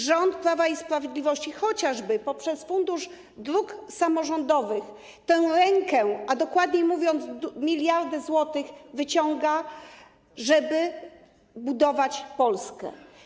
Rząd Prawa i Sprawiedliwości, chociażby poprzez Fundusz Dróg Samorządowych, tę rękę, a dokładniej mówiąc, miliardy złotych, wyciąga, żeby budować Polskę.